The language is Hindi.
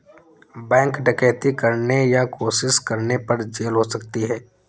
बैंक डकैती करने या कोशिश करने पर जेल हो सकती है